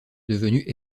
devenu